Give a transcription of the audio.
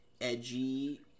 edgy